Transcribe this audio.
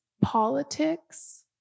politics